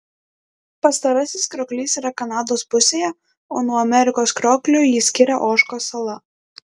pastarasis krioklys yra kanados pusėje o nuo amerikos krioklio jį skiria ožkos sala